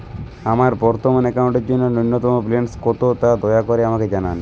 আমার বর্তমান অ্যাকাউন্টের জন্য ন্যূনতম ব্যালেন্স কত তা দয়া করে আমাকে জানান